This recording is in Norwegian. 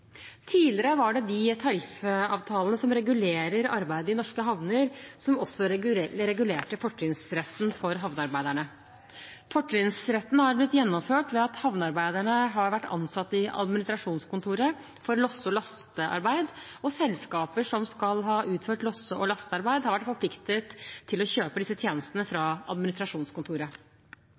Tidligere var det de tariffavtalene som regulerer arbeidet i norske havner, som også regulerte fortrinnsretten for havnearbeiderne. Fortrinnsretten har blitt gjennomført ved at havnearbeiderne har vært ansatt i administrasjonskontoret for losse- og lastearbeid, og selskaper som skal ha utført losse- og lastearbeid, har vært forpliktet til å kjøpe disse tjenestene fra administrasjonskontoret.